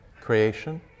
Creation